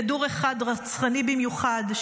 כדור אחד רצחני במיוחד,